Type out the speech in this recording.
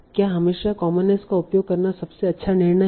क्या हमेशा कॉमननेस का उपयोग करना सबसे अच्छा निर्णय है